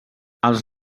els